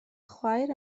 chwaer